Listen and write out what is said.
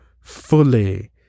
fully